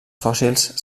fòssils